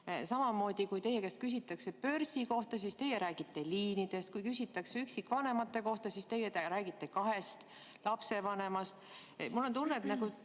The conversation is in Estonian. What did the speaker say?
Samamoodi siis, kui teie käest küsitakse börsi kohta, räägite teie liinidest, ja kui küsitakse üksikvanemate kohta, siis teie räägite kahest lapsevanemast. Mul on tunne, et